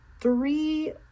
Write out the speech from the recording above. three